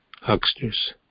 hucksters